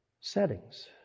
settings